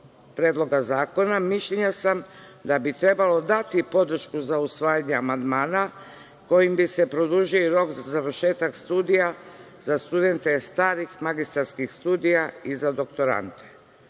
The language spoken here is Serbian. predloga zakona, mišljenja sam da bi trebalo dati podršku za usvajanje amandmana kojim bi se produžio rok za završetak studija za studente starih magistarskih studija i za doktorante.